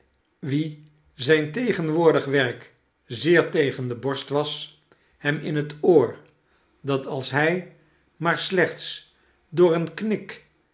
wien zijn tegenwoordig werk zeer tegen de borst was hem in het oor dat als hij maar slechts door een knik